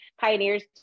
pioneers